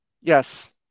Yes